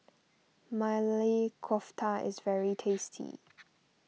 Maili Kofta is very tasty